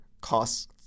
costs